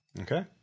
Okay